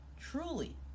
Truly